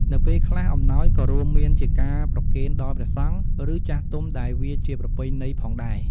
នៅពេលខ្លះ អំណោយក៏រួមមានជាការប្រគេនដល់ព្រះសង្ឃ ឬចាស់ទុំដែលវាជាប្រពៃណីផងដែរ។